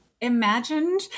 imagined